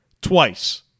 twice